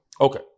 Okay